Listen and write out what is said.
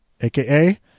aka